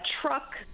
truck